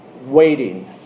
Waiting